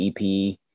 EP